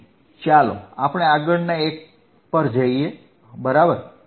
તેથી ચાલો આપણે આગળના એક પર જઈએ બરાબર